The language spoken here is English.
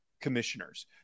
commissioners